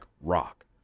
rock